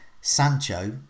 Sancho